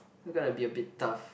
gonna be a bit tough